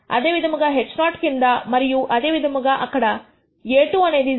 అదే విధముగా h naught కింద మరియు అదే విధంగా అక్కడ A2 అనేది 0